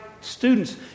students